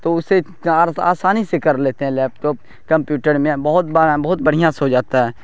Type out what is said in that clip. تو اسے آسانی سے کر لیتے ہیں لیپ ٹاپ کمپیوٹر میں بہت بہت بڑھیاں سے ہو جاتا ہے